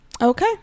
Okay